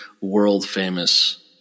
world-famous